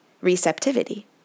receptivity